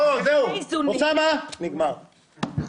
אוסאמה, נגמר.